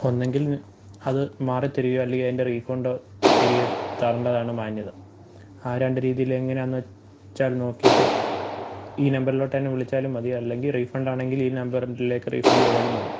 ഒന്നെങ്കിൽ അതു മാറിത്തരിക അല്ലേ അതിൻ്റെ റീഫണ്ട് തരികെ തരേണ്ടതാണ് മാന്യത ആ രണ്ടു രീതിയിൽ എങ്ങനെയാണെന്നു വെച്ചാൽ നോക്കിയിട്ട് ഈ നമ്പറിലോട്ടു തന്നെ വിളിച്ചാലും മതി അല്ലെങ്കിൽ റീഫണ്ടാണെങ്കിൽ ഈ നമ്പറിലേക്കു റീഫണ്ട് ചെയ്താലും മതി